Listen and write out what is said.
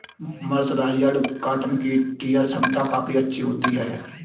mercerised cotton की tear छमता काफी अच्छी होती है